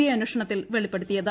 I അന്വേഷണത്തിൽ വെളിപ്പെടുത്തിയത്